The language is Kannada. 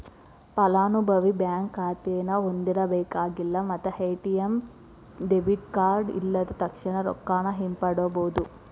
ಫಲಾನುಭವಿ ಬ್ಯಾಂಕ್ ಖಾತೆನ ಹೊಂದಿರಬೇಕಾಗಿಲ್ಲ ಮತ್ತ ಎ.ಟಿ.ಎಂ ಡೆಬಿಟ್ ಕಾರ್ಡ್ ಇಲ್ಲದ ತಕ್ಷಣಾ ರೊಕ್ಕಾನ ಹಿಂಪಡಿಬೋದ್